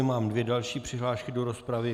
Mám dvě další přihlášky do rozpravy.